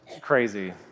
crazy